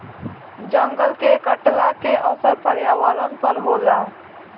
जंगल के कटला के असर पर्यावरण पर होला